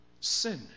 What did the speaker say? sin